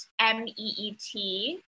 M-E-E-T